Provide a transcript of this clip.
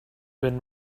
been